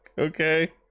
Okay